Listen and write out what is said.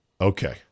Okay